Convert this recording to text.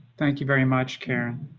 thank you very much care.